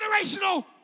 generational